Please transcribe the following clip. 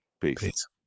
Peace